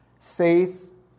faith